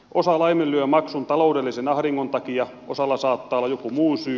osa laiminlyö maksun taloudellisen ahdingon takia osalla saattaa olla joku muu syy